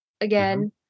again